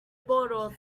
borrow